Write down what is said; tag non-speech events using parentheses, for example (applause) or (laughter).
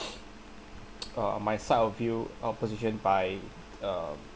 (noise) uh my side of view opposition by um